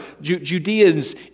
Judeans